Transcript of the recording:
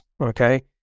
Okay